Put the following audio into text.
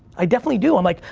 i definitely do. i'm like,